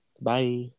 bye